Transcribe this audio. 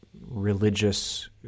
religious